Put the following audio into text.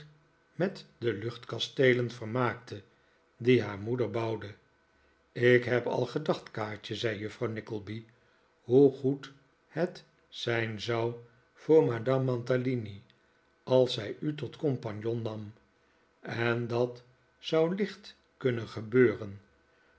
met de luchtkasteelen vermaakte die haar moeder bouwde ik heb al gedacht kaatje zei juffrouw nickleby hoe goed het zijn zou voor madame mantalini als zij u tot compagnon nam en dat zou licht kunnen gebeuren